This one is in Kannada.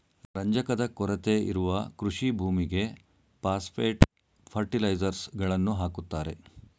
ರಂಜಕದ ಕೊರತೆ ಇರುವ ಕೃಷಿ ಭೂಮಿಗೆ ಪಾಸ್ಪೆಟ್ ಫರ್ಟಿಲೈಸರ್ಸ್ ಗಳನ್ನು ಹಾಕುತ್ತಾರೆ